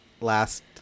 last